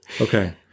Okay